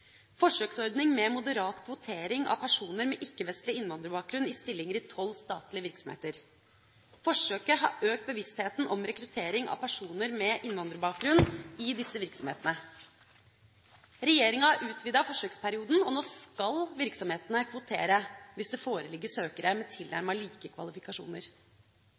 forsøksordning med moderat kvotering av personer med ikke-vestlig innvandrerbakgrunn i stillinger i tolv statlige virksomheter. Forsøket har økt bevisstheten om rekruttering av personer med innvandrerbakgrunn i disse virksomhetene. Regjeringa har utvidet forsøksperioden, og nå skal virksomhetene kvotere hvis det foreligger søkere med tilnærmet like kvalifikasjoner.